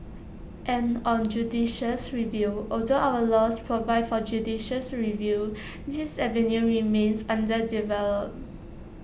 and on judicial review although our laws provide for judicial review this avenue remains underdeveloped